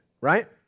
right